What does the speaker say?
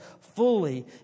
fully